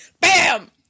Bam